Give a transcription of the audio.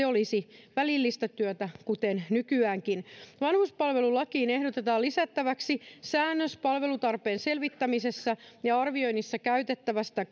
olisi välillistä työtä kuten nykyäänkin vanhuspalvelulakiin ehdotetaan lisättäväksi säännös palvelutarpeen selvittämisessä ja arvioinnissa käytettävästä